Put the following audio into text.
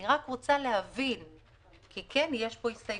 אני רק רוצה להבין כי כן יש פה הסתייגות.